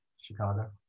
Chicago